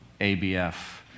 ABF